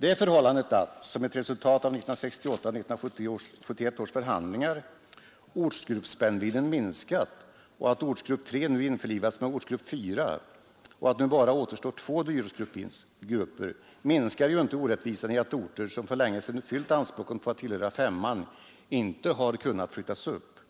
Det förhållandet att, som ett resultat av 1968 och 1971 års förhandlingar, ortsgruppsspännvidden minskat och att ortsgrupp 3 nu införlivats med ortsgrupp 4 och att det nu bara återstår två dyrortsgrupper minskar ju inte orättvisan i att orter som för länge sedan fyllt anspråken på att tillhöra ortsgrupp 5 inte har kunnat flyttas upp.